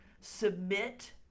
submit